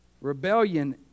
Rebellion